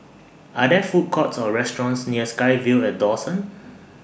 Are There Food Courts Or restaurants near SkyVille At Dawson